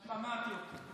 שמעתי אותך.